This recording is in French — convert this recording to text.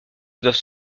doivent